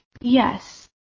Yes